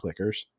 clickers